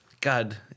God